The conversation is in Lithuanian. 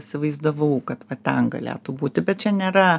įsivaizdavau kad ten galėtų būti bet čia nėra